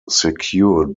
secured